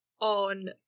on